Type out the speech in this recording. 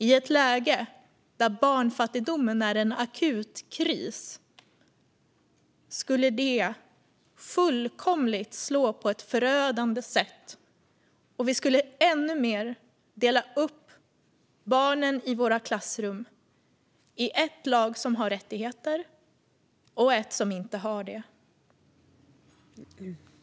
I ett läge där barnfattigdomen är en akut kris skulle det slå på ett fullkomligt förödande sätt, och vi skulle ännu mer dela upp barnen i våra klassrum i ett lag som har rättigheter och ett som inte har det.